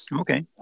Okay